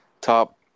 Top